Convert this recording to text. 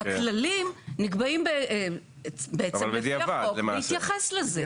הכללים נקבעים בעצם לפי החוק בהתייחס לזה.